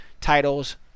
titles